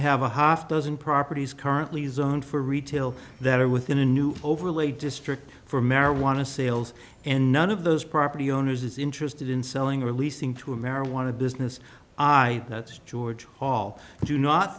have a half dozen properties currently zoned for retail that are within a new overlay district for marijuana sales and none of those property owners is interested in selling releasing to a marijuana business i that's george hall and do not